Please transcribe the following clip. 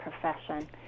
profession